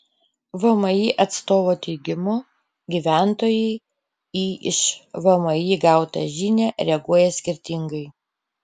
vmi atstovo teigimu gyventojai į iš vmi gautą žinią reaguoja skirtingai